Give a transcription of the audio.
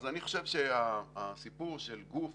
אז אני חושב שהסיפור של גוף